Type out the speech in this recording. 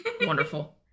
wonderful